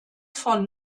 von